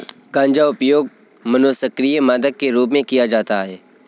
गांजा उपयोग मनोसक्रिय मादक के रूप में किया जाता है